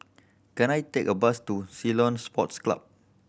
can I take a bus to Ceylon Sports Club